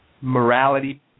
morality